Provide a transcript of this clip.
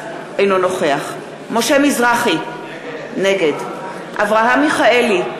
אינו נוכח משה מזרחי, נגד אברהם מיכאלי,